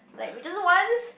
like we doesn't wants